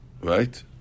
Right